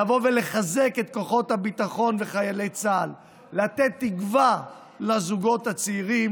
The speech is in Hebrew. לבוא ולחזק את כוחות הביטחון וחיילי צה"ל ולתת תקווה לזוגות הצעירים,